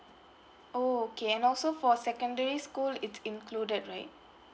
oh okay and also for secondary school it's included right